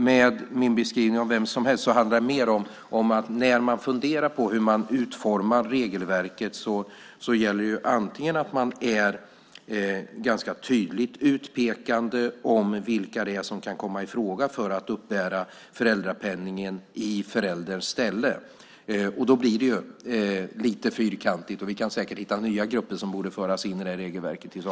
Min beskrivning av "vem som helst" handlar mer om att man när man funderar på hur man utformar regelverket ska peka ut ganska tydligt vilka det är som kan komma i fråga för att uppbära föräldrapenningen i förälderns ställe. Då blir det lite fyrkantigt. I så fall kan vi säkert hitta nya grupper som borde föras in i regelverket.